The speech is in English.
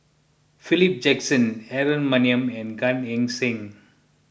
Philip Jackson Aaron Maniam and Gan Eng Seng